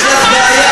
יש לך בעיה